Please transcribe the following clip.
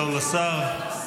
שלום לשר.